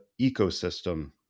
ecosystem